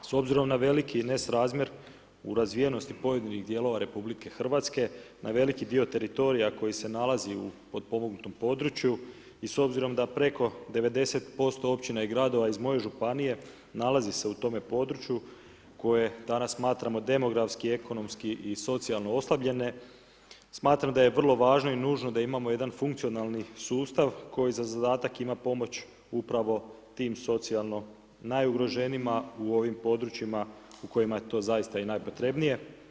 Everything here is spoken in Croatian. S obzirom na veliki nesrazmjer u razvijenosti pojedinih dijelova RH na veliki dio teritorija koji se nalazi u potpomognutom području i s obzirom da preko 90% općina i gradova iz moje županije nalazi se u tom području koje danas smatramo demografski, ekonomski i socijalno oslabljene, smatram da je vrlo važno i nužno da imamo jedan funkcionalni sustav koji za zadatak ima pomoć upravo tim socijalno najugroženijima u ovim područjima u kojima je to zaista i najpotrebnije.